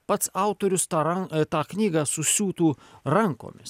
pats autorius tą ran tą knygą susiūtų rankomis